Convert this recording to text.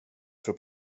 för